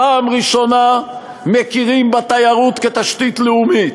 פעם ראשונה מכירים בתיירות כתשתית לאומית.